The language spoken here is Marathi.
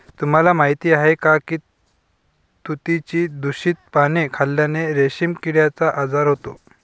तुम्हाला माहीत आहे का की तुतीची दूषित पाने खाल्ल्याने रेशीम किड्याचा आजार होतो